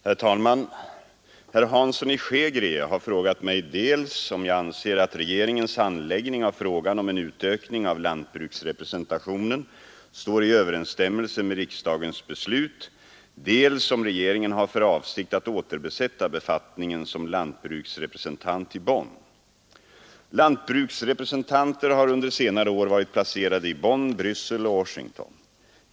Herr talman! Herr Hansson i Skegrie har frågat mig dels om jag anser att regeringens handläggning av frågan om en utökning av lantbruksrepresentationen står i överensstämmelse med riksdagens beslut, dels om regeringen har för avsikt att återbesätta befattningen som lantbruksrepresentant i Bonn. Lantbruksrepresentanter har under senare år varit placerade i Bonn, Bryssel och Washington.